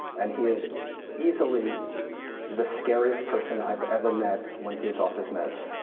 and he is easily the scariest person i've ever met when he is off his meds.